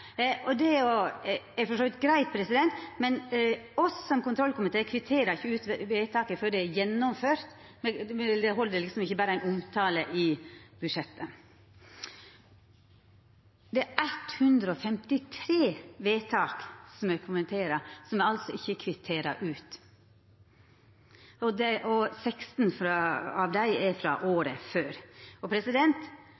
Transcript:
Det er for så vidt greitt, men som kontrollkomité kvitterer me ikkje ut vedtaket før det er gjennomført. Det held ikkje med berre ein omtale i budsjettet. Det er 153 vedtak me kommenterer, som me altså ikkje kvitterer ut, og 16 av dei er frå